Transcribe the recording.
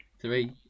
Three